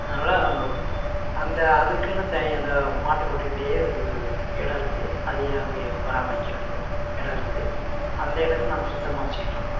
அதனால நாங்கள் அந்த அதுக்குன்னு தனி அந்த மாட்டு கொட்டாய்க்குள்ளயே அதுக்கு இடம் இருக்குது அதையே அங்கே பராமரிக்கிறதுக்கு இடம் இருக்குது அந்த இடமும் நாங்கள் சுத்தமாக வச்சிக்கிட்டுருப்போம்